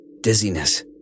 Dizziness